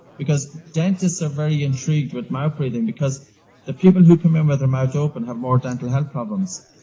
because dentists are very intrigued with mouth breathing because the people who come in with their mouth open have more dental health problems.